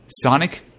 Sonic